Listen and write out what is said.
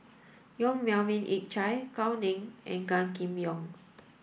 Yong Melvin Yik Chye Gao Ning and Gan Kim Yong